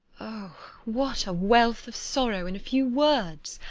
oh, what a wealth of sorrow in a few words!